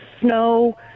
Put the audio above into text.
snow